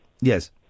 Yes